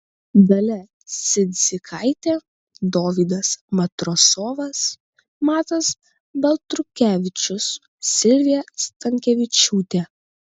dalia cidzikaitė dovydas matrosovas matas baltrukevičius silvija stankevičiūtė